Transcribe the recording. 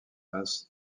masse